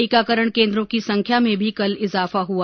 टीकाकरण केन्द्रों की संख्या में भी कल इजाफा हुआ